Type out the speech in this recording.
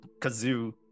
kazoo